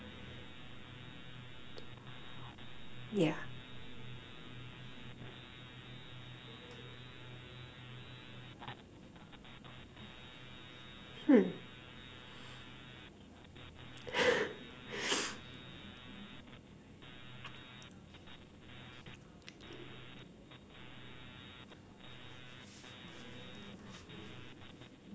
yeah hmm